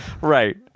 Right